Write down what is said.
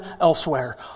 elsewhere